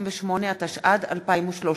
198), התשע"ד 2013,